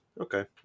okay